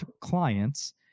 clients